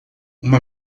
uma